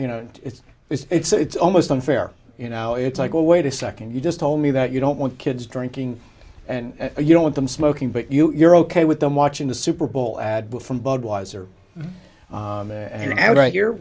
you know it's it's it's it's almost unfair you know it's like well wait a second you just told me that you don't want kids drinking and you don't want them smoking but you're ok with them watching the super bowl ad from budweiser an ad right here